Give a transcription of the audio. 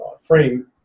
frame